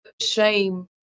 shame